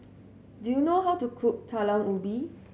do you know how to cook Talam Ubi